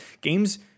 games